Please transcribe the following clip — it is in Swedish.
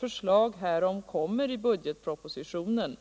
förslag härom kommer i budgetpropositionen.